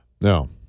no